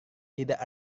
tidak